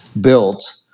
built